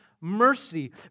mercy